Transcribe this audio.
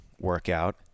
workout